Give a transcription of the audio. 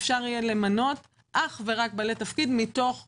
אפשר יהיה למנות אך ורק בעלי תפקיד מתוך המאגר,